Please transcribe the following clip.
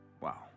wow